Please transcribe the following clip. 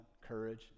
courage